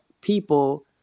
people